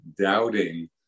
doubting